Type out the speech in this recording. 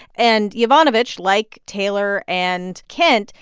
and yovanovitch, like taylor and kent,